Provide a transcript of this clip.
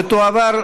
ותועבר,